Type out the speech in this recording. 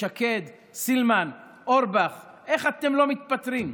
שקד, סילמן, אורבך: איך אתם לא מתפטרים?